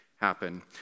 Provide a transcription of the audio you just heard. happen